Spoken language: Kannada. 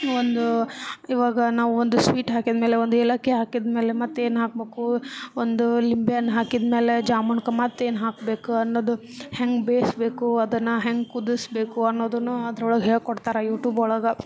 ಒಂದು ಇವಾಗ ನಾವು ಒಂದು ಸ್ವೀಟ್ ಹಾಕಿದಮೇಲೆ ಒಂದು ಏಲಕ್ಕಿ ಹಾಕಿದಮೇಲೆ ಮತ್ತೇನು ಹಾಕ್ಬೇಕು ಒಂದು ಲಿಂಬೆಹಣ್ಣು ಹಾಕಿದಮೇಲೆ ಜಾಮುನ್ಗೆ ಮತ್ತೇನು ಹಾಕಬೇಕು ಅನ್ನೋದು ಹೆಂಗೆ ಬೇಯ್ಸ್ಬೇಕು ಅದನ್ನು ಹೆಂಗೆ ಕುದಿಸ್ಬೇಕು ಅನ್ನೋದನ್ನು ಅದ್ರೊಳಗೆ ಹೇಳ್ಕೊಡ್ತಾರೆ ಯೂಟೂಬ್ ಒಳಗೆ